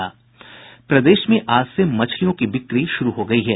प्रदेश में आज से मछलियों की बिक्री शुरू हो गई है